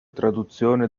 traduzione